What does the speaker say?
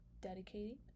dedicating